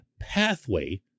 pathway